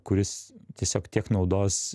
kuris tiesiog tiek naudos